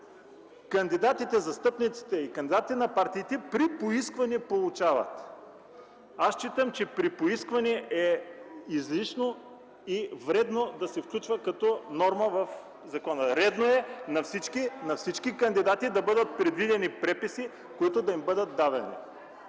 Следващото – застъпниците и кандидатите на партиите при поискване получават. Аз считам, че „при поискване” е излишно и вредно да се включва като норма в закона. Редно е на всички кандидати да бъдат предвидени преписи, които да им бъдат давани.